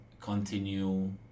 continue